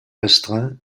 restreint